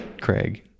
Craig